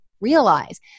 Realize